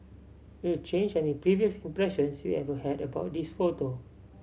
it'll change any previous impressions you ever had about this photo